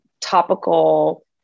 topical